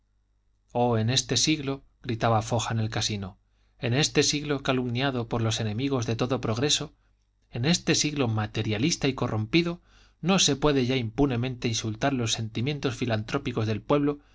oh en este siglo gritaba foja en el casino en este siglo calumniado por los enemigos de todo progreso en este siglo materialista y corrompido no se puede ya impunemente insultar los sentimientos filantrópicos del pueblo